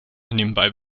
nebenbei